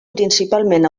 principalment